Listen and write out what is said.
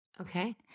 Okay